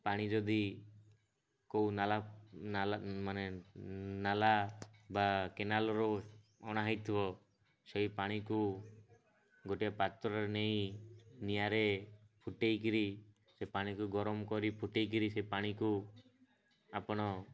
ପାଣି ଯଦି କୋଉ ନାଳ ମାନେ ନାଳ ବା କେନାଲରୁ ଅଣା ହେଇଥିବ ସେଇ ପାଣିକୁ ଗୋଟିଏ ପାତ୍ରରେ ନେଇ ନିଆଁରେ ଫୁଟେଇକିରି ସେ ପାଣିକୁ ଗରମ କରି ଫୁଟେଇକିରି ସେ ପାଣିକୁ ଆପଣ